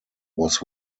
was